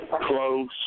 close